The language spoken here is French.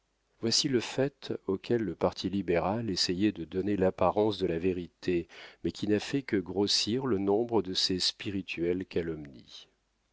voici le fait auquel le parti libéral essayait de donner l'apparence de la vérité mais qui n'a fait que grossir le nombre de ses spirituelles calomnies